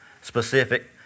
specific